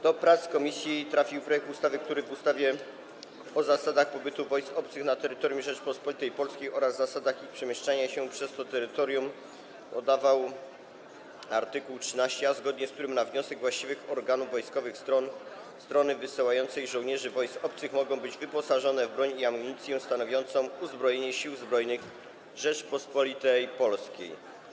Do prac w komisji trafił projekt ustawy, w którym w ustawie o zasadach pobytu wojsk obcych na terytorium Rzeczypospolitej Polskiej oraz zasadach ich przemieszczania się przez to terytorium dodawano art. 13a, zgodnie z którym na wniosek właściwych organów wojskowych strony wysyłającej żołnierze wojsk obcych mogą być wyposażani w broń i amunicję stanowiącą uzbrojenie Sił Zbrojnych Rzeczypospolitej Polskiej.